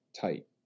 tight